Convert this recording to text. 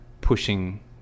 pushing